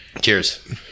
Cheers